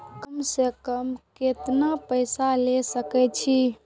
कम से कम केतना पैसा ले सके छी?